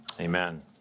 Amen